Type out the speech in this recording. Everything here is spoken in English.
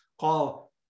call